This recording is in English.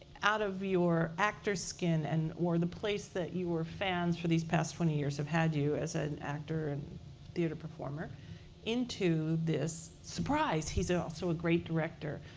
out of your actor skin and or the place that your fans for these past twenty years have had you as an actor and theater performer into this surprise! he's also a great director.